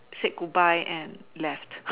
said goodbye and left